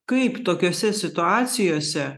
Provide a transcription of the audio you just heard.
kaip tokiose situacijose